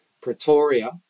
Pretoria